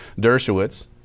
Dershowitz